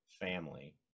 family